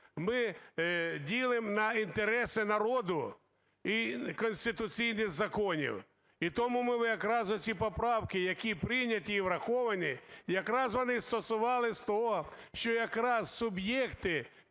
Ми ділимо на інтереси народу і конституційних законів. І тому ми якраз оці поправки, які прийняті і враховані, якраз вони стосувались того, що якраз суб'єкти